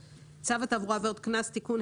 צו התעבורה (עבירות קנס) (תיקון),